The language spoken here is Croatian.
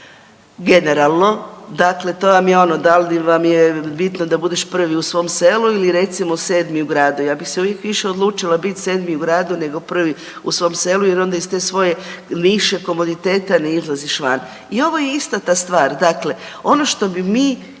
generalno, dakle to vam je ono da li vam je bitno da budeš prvi u svom selu ili recimo sedmi u gradu. Ja bih se uvijek više odlučila biti sedmi u gradu nego prvi u svom selu jer onda iz svoje niše komoditeta ne izlaziš van. I ovo je ista ta stvar. Dakle, ono što bi